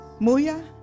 Muya